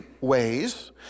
ways